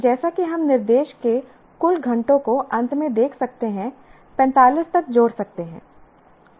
जैसा कि हम निर्देश के कुल घंटों को अंत में देख सकते हैं 45 तक जोड़ सकते हैं